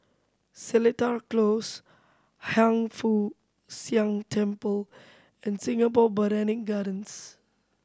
Seletar Close Hiang Foo Siang Temple and Singapore Botanic Gardens